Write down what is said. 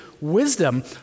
wisdom